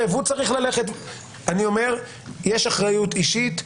יש אחריות אישית.